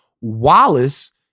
Wallace